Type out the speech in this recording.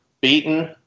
beaten